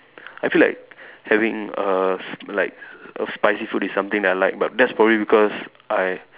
I feel like having a s like a spicy food is something that I like but that's probably because I